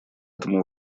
этому